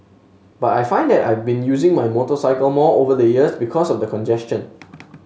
but I find that I've been using my motorcycle more over the years because of the congestion